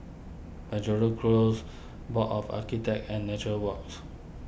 Penjuru Close Board of Architects and Nature Walks